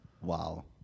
Wow